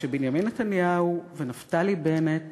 ובנימין נתניהו ונפתלי בנט